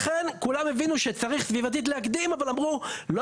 לכן כול הבינו שצריך סביבתית להקדים אבל אמרו שלא